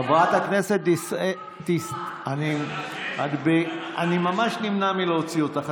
חברת הכנסת דיסטל, אני ממש נמנע מלהוציא אותך.